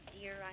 dear